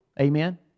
Amen